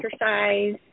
exercise